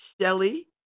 Shelly